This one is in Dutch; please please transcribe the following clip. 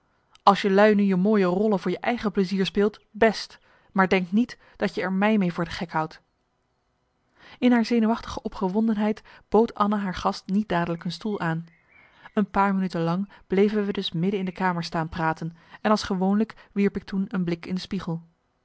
als jelui nu je mooie rollen voor je eigen plezier speelt best maar denkt niet dat je er mij mee voor de gek houdt in haar zenuwachtige opgewondenheid bood anna haar gast niet dadelijk een stoel aan een paar minuten lang bleven wij dus midden in de kamer staan marcellus emants een nagelaten bekentenis praten en als gewoonlijk wierp ik toen een blik in de spiegel